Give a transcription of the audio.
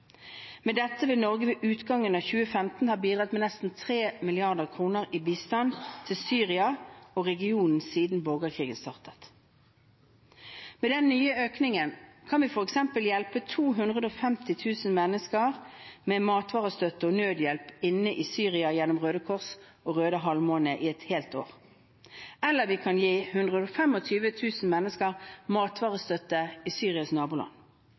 Med dette vil Norge ved utgangen av 2015 ha bidratt med nesten 3 mrd. kr i bistand til Syria og regionen siden borgerkrigen startet. Med den nye økningen kan vi for eksempel hjelpe 250 000 mennesker med matvarestøtte og nødhjelp inne i Syria gjennom Røde Kors og Røde Halvmåne i et helt år, eller gi 125 000 mennesker matvarestøtte i Syrias naboland,